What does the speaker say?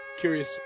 curious